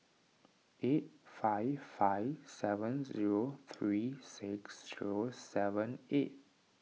eight five five seven zero three six zero seven eight